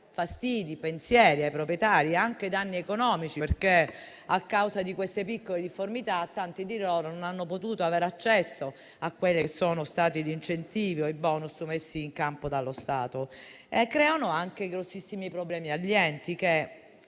fastidi e pensieri ai proprietari, nonché danni economici perché, a causa di queste piccole difformità, tanti di loro non hanno potuto avere accesso agli incentivi o ai *bonus* messi in campo dallo Stato. Creano anche grossissimi problemi agli enti, che